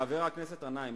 חבר הכנסת גנאים,